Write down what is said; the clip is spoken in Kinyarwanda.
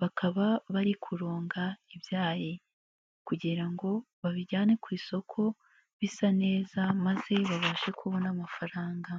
bakaba bari kuronga ibyayi kugira ngo babijyane ku isoko bisa neza maze babashe kubona amafaranga.